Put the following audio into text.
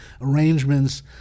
arrangements